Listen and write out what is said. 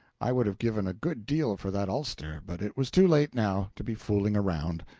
i would have given a good deal for that ulster, but it was too late now to be fooling around.